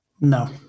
No